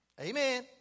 Amen